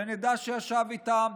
שנדע שהוא ישב איתם.